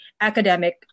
academic